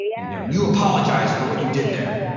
and you know you apologize for what you did there.